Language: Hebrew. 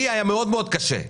היה לי קשה מאוד,